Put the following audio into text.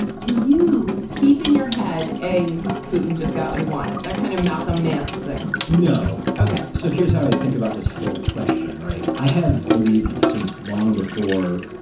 do you keep in your head a putin just got what he wanted, that kind of malcolm nance thing? no. ok, so here's how i think about this whole question. right. i have believed since long before